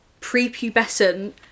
prepubescent